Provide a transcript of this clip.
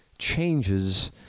changes